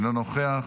אינו נוכח,